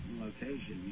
location